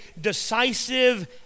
decisive